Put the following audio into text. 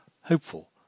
hopeful